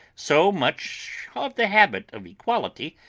so much of the habit of equality,